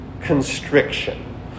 constriction